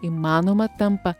įmanoma tampa